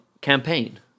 Campaign